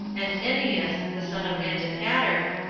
and eneas, the son of antipater,